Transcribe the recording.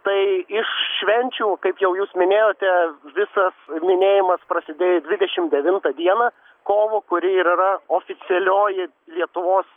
tai iš švenčių kaip jau jūs minėjote visas minėjimas prasidėjo dvidešimt devintą dieną kovo kuri ir yra oficialioji lietuvos